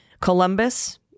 Columbus